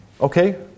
Okay